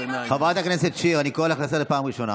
שיהיה לך את האומץ לפחות לספר לציבור את מה שאתם עושים לו.